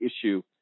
issue